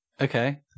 Okay